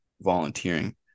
Volunteering